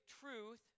truth